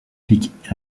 peak